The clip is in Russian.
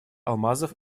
алмазов